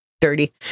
dirty